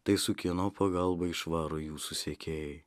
tai su kieno pagalba išvaro jūsų sekėjai